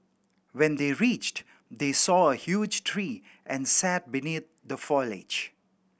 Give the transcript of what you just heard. when they reached they saw a huge tree and sat beneath the foliage